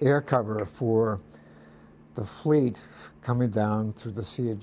air cover for the fleet coming down through the sea of